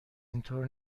اینطور